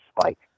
spike